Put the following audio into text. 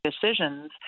decisions